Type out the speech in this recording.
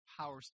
power